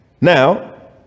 Now